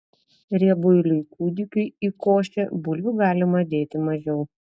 riebuiliui kūdikiui į košę bulvių galima dėti mažiau